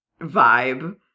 vibe